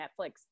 Netflix